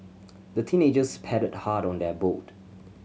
the teenagers paddled hard on their boat